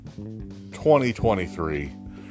2023